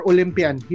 Olympian